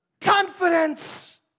confidence